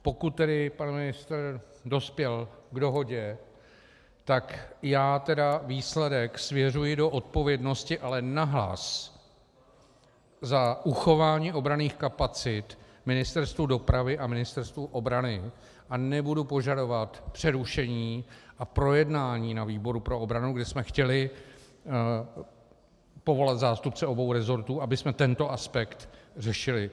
Pokud tedy pan ministr dospěl k dohodě, tak já výsledek svěřuji do odpovědnosti ale nahlas za uchování obranných kapacit Ministerstvu dopravy a Ministerstvu obrany a nebudu požadovat přerušení a projednání na výboru pro obranu, kde jsme chtěli povolat zástupce obou rezortů, abychom tento aspekt řešili.